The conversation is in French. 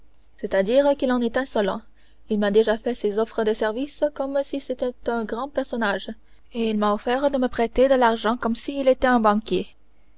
c'est-à-dire qu'il en est insolent il m'a déjà fait ses offres de service comme si c'était un grand personnage il m'a offert de me prêter de l'argent comme s'il était un banquier